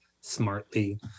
smartly